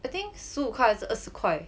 I think 十五块还是二十块